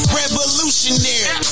revolutionary